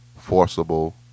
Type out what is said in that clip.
forcible